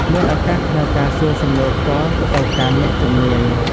មានឱកាសក្នុងការសួរសំណួរផ្ទាល់ទៅកាន់អ្នកជំនាញ។